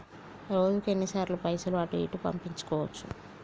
రోజుకు ఎన్ని సార్లు పైసలు అటూ ఇటూ పంపించుకోవచ్చు?